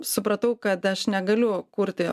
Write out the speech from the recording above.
supratau kad aš negaliu kurti